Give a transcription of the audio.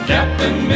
Captain